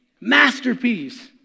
Masterpiece